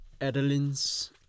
Adeline's